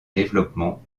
développement